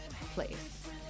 place